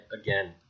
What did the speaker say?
again